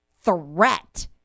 threat